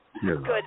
Good